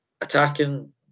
attacking